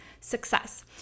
success